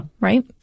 right